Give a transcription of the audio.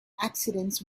accidents